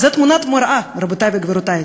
זאת תמונת מראה, רבותי וגבירותי.